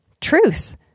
truth